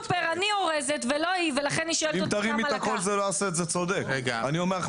האלה עם איזו שקית שאנחנו רוצים זה פחות יפגע באיכות הסביבה.